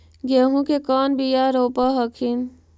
गेहूं के कौन बियाह रोप हखिन?